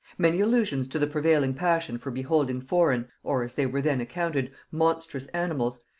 many allusions to the prevailing passion for beholding foreign, or, as they were then accounted, monstrous animals,